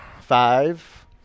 Five